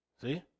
See